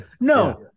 no